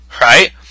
right